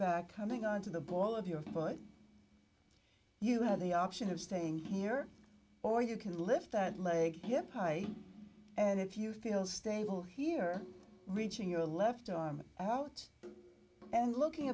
back holding onto the ball of your foot you have the option of staying here or you can lift that leg hip high and if you feel stable here reaching your left arm out and looking